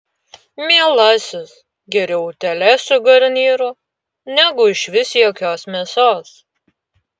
mielasis geriau utėlė su garnyru negu išvis jokios mėsos